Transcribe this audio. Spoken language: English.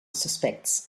suspects